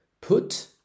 put